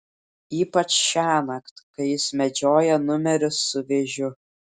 ypač šiąnakt kai jis medžioja numerius su vėžiu